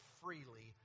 freely